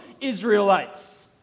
Israelites